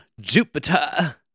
Jupiter